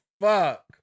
fuck